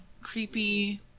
Creepy